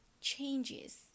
changes